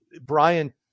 Brian